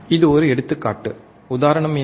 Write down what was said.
இது ஒரு எடுத்துக்காட்டு உதாரணம் என்ன